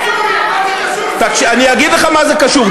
מה זה קשור, סוריה, אני אגיד לך מה זה קשור.